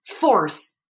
force